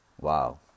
Wow